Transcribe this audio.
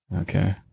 Okay